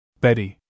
Betty